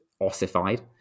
ossified